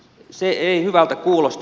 se ei hyvältä kuulosta